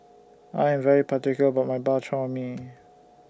I Am particular about My Bak Chor Mee